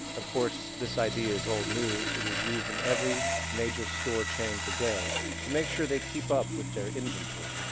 of course, this idea is old news it is used in every major store chain today to make sure they keep up with their inventory.